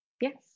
Yes